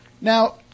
Now